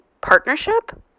partnership